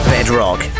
Bedrock